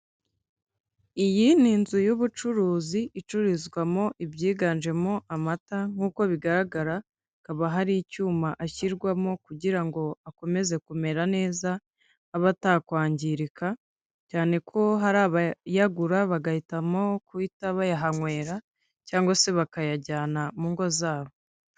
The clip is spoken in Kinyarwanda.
Iyi ni inzu y'ubucuruzi icururizwamo ibyiganjemo amata nk'uko bigaragaraba hakaba hari icyuma ashyirwamo kugira ngo akomeze kumera neza abe atakwangirika cyane ko hari abayagura bagahitamo kuhita bayahanywera cyangwa se bakayajyana mu ngo zabo.